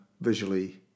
visually